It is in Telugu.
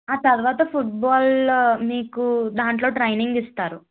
ఆ తర్వాత ఫుట్బాల్ మీకు దాంట్లో ట్రైనింగ్ ఇస్తారు